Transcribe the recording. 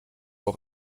auch